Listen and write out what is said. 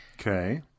Okay